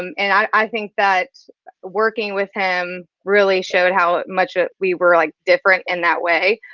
um and i think that working with him really showed how much ah we were like different in that way.